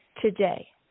today